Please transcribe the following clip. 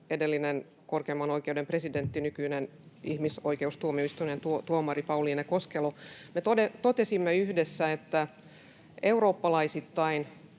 edellinen korkeimman oikeuden presidentti, nykyinen ihmisoikeustuomioistuimen tuomari Pauliine Koskelo. Me totesimme yhdessä, että eurooppalaisittain